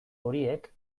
horiek